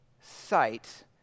sight